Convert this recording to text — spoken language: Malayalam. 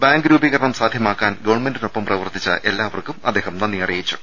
ബാങ്ക് രൂപീകരണം സാധ്യമാക്കാൻ ഗവൺമെന്റിനോടൊപ്പം പ്രവർത്തിച്ച എല്ലാവർക്കും അദ്ദേഹം നന്ദി അറിയിച്ചു